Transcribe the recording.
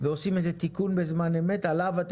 ועושים איזה תיקון בזמן אמת - עליו אתה